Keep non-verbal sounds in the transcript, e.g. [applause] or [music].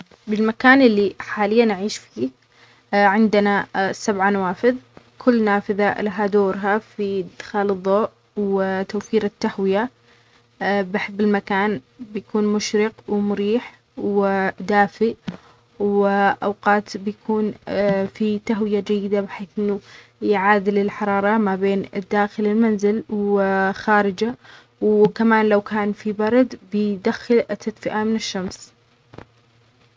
بالمكان اللي حالياً أعيش فيه عندنا [hesitation] سبع نوافذ. كل نافذه لها دورها في إدخال الضوء وتوفير التهوية. بحب المكان يكون مشرق ومريح ودافئ. وأوقات بيكون [hesitation] فيه تهوية جيدة بحيث انه يعادل الحرارة ما بين الداخل المنزل وخارجه. وكمان لو كان فيه برد بيدخل التدفئه من الشمس.